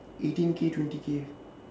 eighteen K twenty K